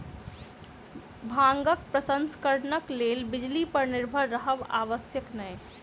भांगक प्रसंस्करणक लेल बिजली पर निर्भर रहब आवश्यक नै